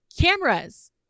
cameras